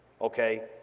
Okay